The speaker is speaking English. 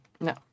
No